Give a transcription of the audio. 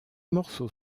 morceaux